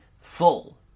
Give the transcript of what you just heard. full